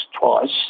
twice